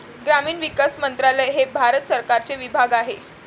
ग्रामीण विकास मंत्रालय हे भारत सरकारचे विभाग आहे